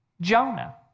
Jonah